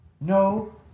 No